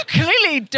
clearly